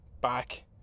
back